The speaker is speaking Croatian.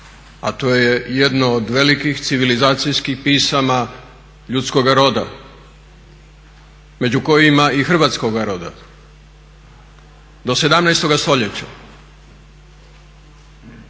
a to je jedno od velikih civilizacijskih pisama ljudskoga roda među kojima i hrvatskoga roda. Do 17 st.